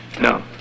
No